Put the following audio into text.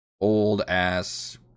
old-ass